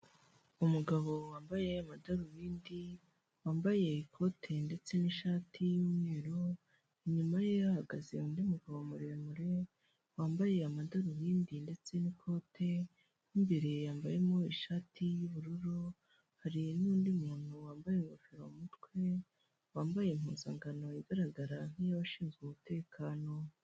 Umugabo wambaye amadarubindi wambaye ikote ndetse n'ishati y'umweru inyuma ye hahagaze undi mugabo muremure wambaye amadarubindi ndetse n'ikote mo imbere yambayemo ishati y'ubururu hari n'undi muntu wambaye ingofero y'umutwe wambaye impuzankano igaragara nk'iyabashinzwe umutekano.